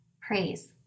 Praise